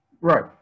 Right